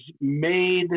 made